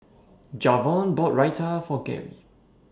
Javon bought Raita For Gary